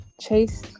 chase